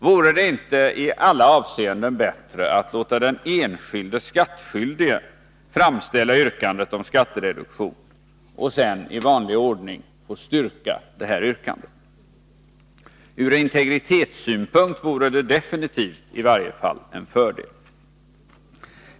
Vore det inte i alla avseenden bättre att låta den enskilde skattskyldige framställa yrkande om skattereduktion och sedan i vanlig ordning styrka detta yrkande? Ur integritetssynpunkt vore det i varje fall definitivt en fördel.